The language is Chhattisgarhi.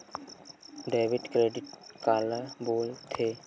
डेबिट क्रेडिट काला बोल थे?